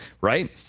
right